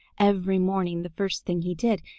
every morning the first thing he did,